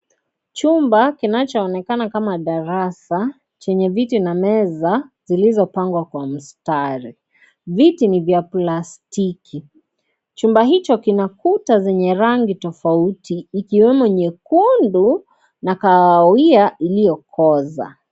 Chumba kinachoonekana kama darasa, chenye viti na meza, zilizopangwa kwa mstari. Viti ni vya plastiki. Chumba hicho, kina kuta zenye rangi tofauti, ikiwemo nyekundu, na kahawia iliyokoza.